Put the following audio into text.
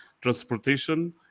transportation